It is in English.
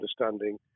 understanding